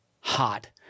hot